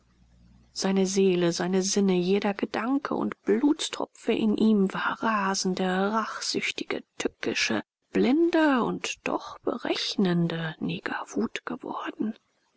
seine seele seine sinne jeder gedanke und blutstropfen in ihm war rasende rachsüchtige tückische blinde und doch berechnende negerwut geworden